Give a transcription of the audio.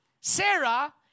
Sarah